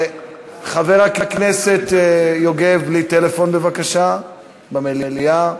חבר הכנסת יוגב, בלי טלפון במליאה בבקשה.